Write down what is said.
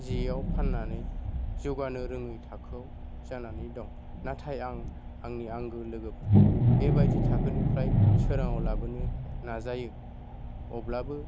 जेयाव फाननानै जौगानो रोङै थाखोआव जानानै दं नाथाय आं आंनि आंगो लोगोफोरखौ बेबायदि थाखोनिफ्राय सोराङाव लाबोनो नाजायो अब्लाबो